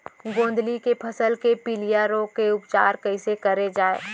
गोंदली के फसल के पिलिया रोग के उपचार कइसे करे जाये?